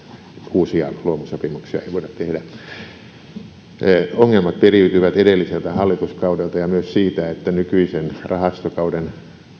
uusia luomusopimuksia ongelmat periytyvät edelliseltä hallituskaudelta ja myös siitä että nykyisen rahastokauden